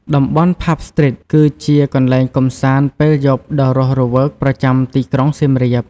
តំបន់ ផាប់ស្ទ្រីត គឺជាកន្លែងកម្សាន្តពេលយប់ដ៏រស់រវើកប្រចាំទីក្រុងសៀមរាប។